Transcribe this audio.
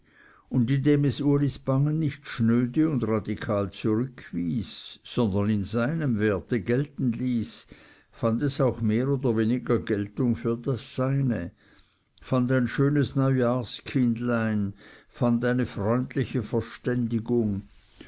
und indem es ulis bangen nicht schnöde und radikal zurückwies sondern in seinem werte gelten ließ fand es auch mehr oder weniger geltung für das seine fand ein schönes neujahrkindlein fand eine freundliche verständigung